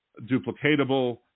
duplicatable